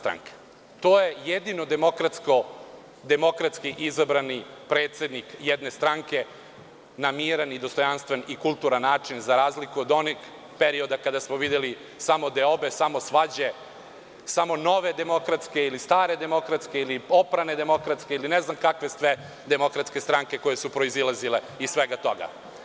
To je jedini demokratski izabrani predsednik jedne stranke, na miran, dostojanstven i kulturan način, za razliku od onih perioda kada smo videli samo deobe, samo svađe, samo nove demokratske, ili stare demokratske, ili oprane demokratske, ili ne znam kakve sve demokratske stranke koje su proizilazile iz svega toga.